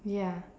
ya